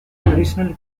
traditional